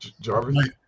Jarvis